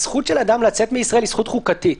הזכות של אדם לצאת מישראל היא זכות חוקתית.